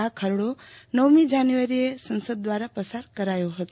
આ ખરડો નવમી જાન્યુઆરીએ સંસદ દ્રારા પસાર કરાયો હતો